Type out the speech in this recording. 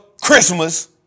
Christmas